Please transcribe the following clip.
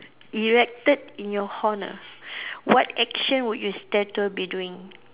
erected in your honour what action would your statue be doing